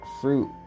fruit